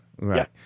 Right